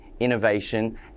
innovation